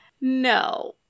No